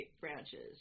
branches